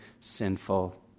sinful